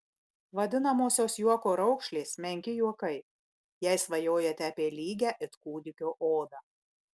vadinamosios juoko raukšlės menki juokai jei svajojate apie lygią it kūdikio odą